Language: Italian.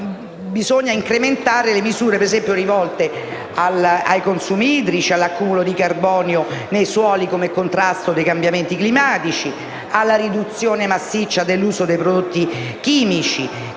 bisogna incrementare le misure rivolte ai consumi idrici, all'accumulo di carbonio nei suoli come contrasto ai cambiamenti climatici, alla riduzione massiccia dell'uso dei prodotti chimici.